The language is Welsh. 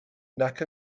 nac